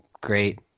Great